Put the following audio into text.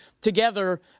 together